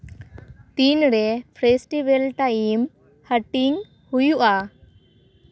ᱛᱤᱱᱨᱮ festival times ᱦᱟᱹᱴᱤᱧ ᱦᱩᱭᱩᱜᱼᱟ